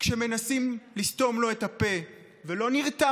כשמנסים לסתום לו את הפה ולא נרתע